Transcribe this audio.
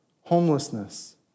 homelessness